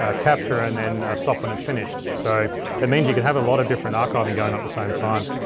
ah capture and then stop when it's finished. so it means you could have a lot of different archiving going on at the same time.